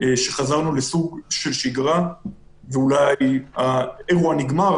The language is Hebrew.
שחזרנו לסוג של שגרה ואולי האירוע נגמר,